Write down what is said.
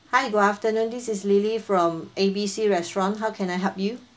hi good afternoon this is lily from A B C restaurant how can I help you